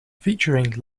featuring